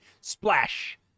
Splash